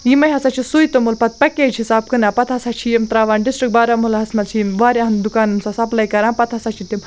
یِمَے ہَسا چھِ سُے توٚمُل پَتہٕ پَکیج حِساب کٕنان پَتہٕ ہَسا چھِ یِم ترٛاوان ڈِسٹرٛک بارہمولاہَس منٛز چھِ یِم واریاہَن دُکانَن سۄ سَپلاے کَران پَتہٕ ہَسا چھِ تِم